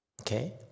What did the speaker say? Okay